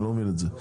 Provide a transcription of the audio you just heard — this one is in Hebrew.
אני לא מבין את זה.